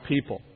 people